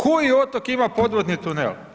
Koji otok ima podvodni tunel?